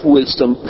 wisdom